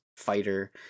fighter